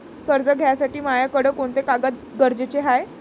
कर्ज घ्यासाठी मायाकडं कोंते कागद गरजेचे हाय?